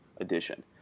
edition